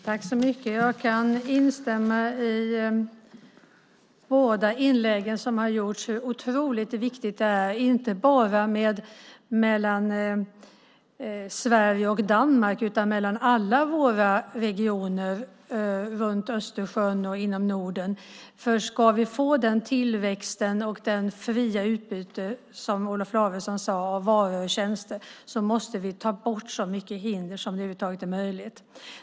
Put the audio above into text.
Herr talman! Jag kan instämma i båda inläggen om hur otroligt viktigt detta är, inte bara mellan Sverige och Danmark utan mellan alla regioner runt Östersjön och inom Norden. Ska vi få den tillväxt och det fria utbyte som Olof Lavesson talade om av varor och tjänster måste vi ta bort så mycket hinder som det över huvud taget är möjligt.